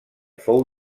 fou